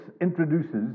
introduces